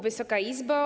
Wysoka Izbo!